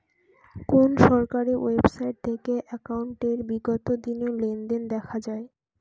কোন সরকারি ওয়েবসাইট থেকে একাউন্টের বিগত দিনের লেনদেন দেখা যায়?